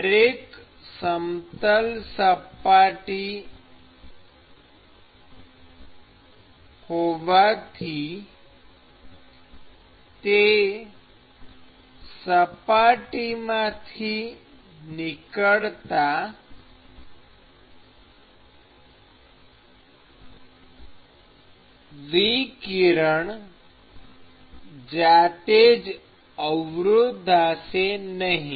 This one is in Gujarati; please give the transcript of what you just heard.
દરેક સપાટી સમતલ હોવાથી તે સપાટીમાંથી નીકળતા વિકિરણ જાતે જ અવરોધાશે નહીં